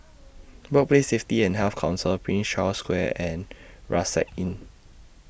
Workplace Safety and Health Council Prince Charles Square and Rucksack Inn